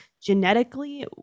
genetically